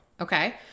okay